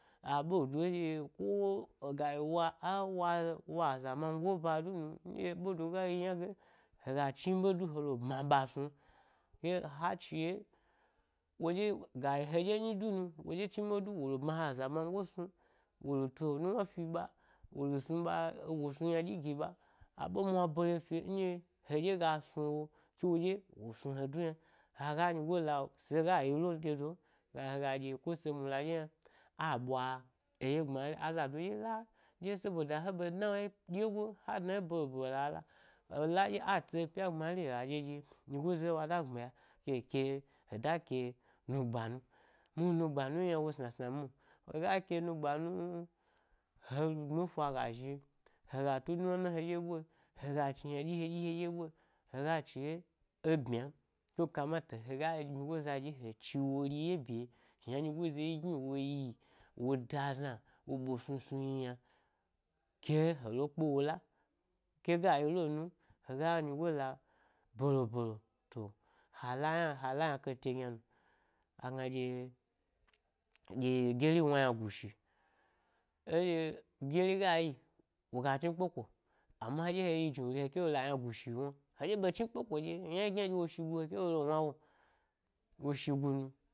Aɓe ɗye ko-ega yiwa ewa aza mango ba dumu nɗye ɓedo ga yi ynage haga chni be du hdo bma ɓa, snu, ko ha chi ye, wodye gayi hedye nyi dunu woɗye chni ɓe du wole bma ha zamango snu wo loto nuwna fi ɓa, wolo snu ɓa wolo snu yna ɗyi gi ka, aɓe mwa bare fi’o ndye hedye ga snu wo ko wodye wo snu he du yna. Hego nyigo la sega yi lo do don ga hega ɗye ko se mula ɗye hna a ɓwa-eye gbnarin azado dyela ɗye sabada he ɓe dna wo ye ɗye gon ha dnaye belo belo ga la he la ɗɓye a tsi epya gbmari n hega hega dye dye nyigo za nyigo dye wada gbmiya ke he ke- heda ke-nu gbanu, muhni nugbanu wogi yna wo snasna mwo, hega ke nugban nu-he gbmi efa gga zhi hega tu nuwna na hedye ɓwe hega chni ynaɗyi hedyi he dye ɓwe hega chiye eɓmyan so kamata hega nyigo za ɗye he chi wori ye bye shna nyigo ɗye gni woyi ri, wo da zna woɓbe snu snu yi yna, ke helo kpewola kega yi lo nun hega nyigo la belo belo, to, ha la yna ha la yna kate gynano agna dye, dye gyeri wna, yna gushi eɗye gyeri gayi woga chni kpeko, ama hedye heyi zhniwnuri yna heke lo la yna gushi wna he ɗye ɓe chni kpeko ɗye yna gyna ɗye wo shigu heko lo la wna wom wo shigu nu.